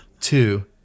Two